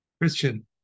Christian